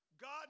God